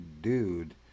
dude